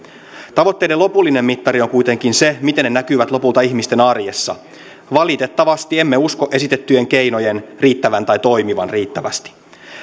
tavoitteiden lopullinen mittari on kuitenkin se miten ne näkyvät lopulta ihmisten arjessa valitettavasti emme usko esitettyjen keinojen riittävän tai toimivan riittävästi